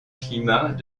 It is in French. climat